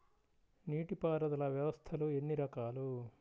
నీటిపారుదల వ్యవస్థలు ఎన్ని రకాలు?